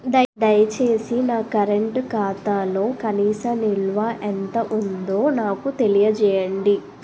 దయచేసి నా కరెంట్ ఖాతాలో కనీస నిల్వ ఎంత ఉందో నాకు తెలియజేయండి